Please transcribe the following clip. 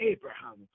Abraham